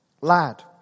lad